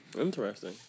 Interesting